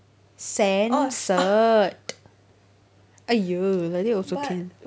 censored !aiyo! like that also can